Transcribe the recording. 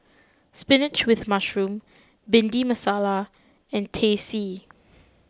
Spinach with Mushroom Bhindi Masala and Teh C